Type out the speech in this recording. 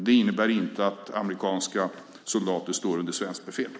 Det innebär inte att amerikanska soldater står under svenskt befäl.